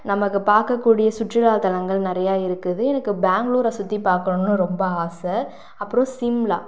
நம்ம பார்க்க கூடிய சுற்றுலா தளங்கள் நிறையா இருக்குது எனக்கு பெங்ளூரை சுற்றி பார்க்கனுன்னும் ரொம்ப ஆசை அப்புறம் சிம்லா